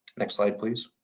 next slide, please.